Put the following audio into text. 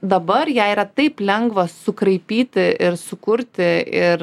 dabar ją yra taip lengva sukraipyti ir sukurti ir